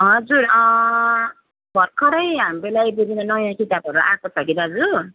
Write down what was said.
हजुर भर्खरै हाम्रो लाइब्रेरीमा नयाँ किताबहरू आएको छ कि दाजु